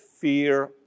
fear